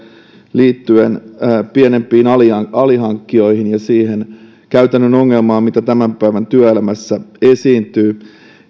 liittyen pienempiin alihankkijoihin ja siihen käytännön ongelmaan mitä tämän päivän työelämässä esiintyy